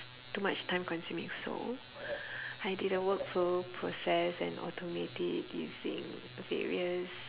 too much time consuming so I did a workflow process and automate it using various